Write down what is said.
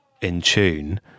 in-tune